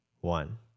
one